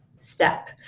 step